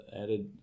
added